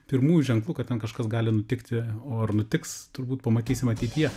pirmų ženklų kad ten kažkas gali nutikti o ar nutiks turbūt pamatysim ateityje